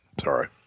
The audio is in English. Sorry